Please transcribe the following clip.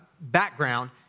background